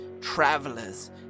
travelers